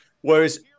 Whereas